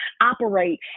operate